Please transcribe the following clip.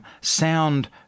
sound